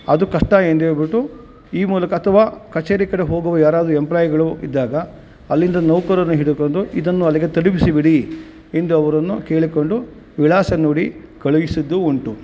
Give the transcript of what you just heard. ಅದು ಕಷ್ಟ ಎಂದು ಹೇಳಿಬಿಟ್ಟು ಈ ಮೂಲಕ ಅಥವಾ ಕಚೇರಿ ಕಡೆ ಹೋಗುವ ಯಾರಾದರೂ ಎಂಪ್ಲಾಯ್ಗಳು ಇದ್ದಾಗ ಅಲ್ಲಿಂದ ನೌಕರರನ್ನ ಹಿಡಿಕೊಂಡು ಇದನ್ನು ಅಲ್ಲಿಗೆ ತಲುಪಿಸಿ ಬಿಡಿ ಎಂದು ಅವರನ್ನು ಕೇಳಿಕೊಂಡು ವಿಳಾಸ ನೋಡಿ ಕಳುಹಿಸಿದ್ದೂ ಉಂಟು